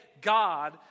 God